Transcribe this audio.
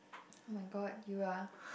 [oh]-my-god you are